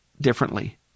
differently